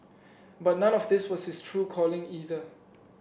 but none of this was his true calling either